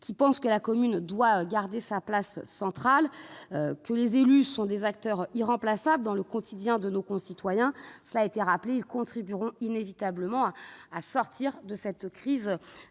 -qui pensent que la commune doit garder sa place centrale, que les élus sont des acteurs irremplaçables dans le quotidien de nos concitoyens. Cela a été rappelé, les élus contribueront inévitablement à sortir de cette crise